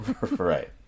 right